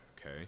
okay